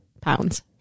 pounds